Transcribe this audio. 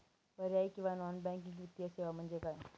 पर्यायी किंवा non banking वित्तीय सेवा म्हणजे काय?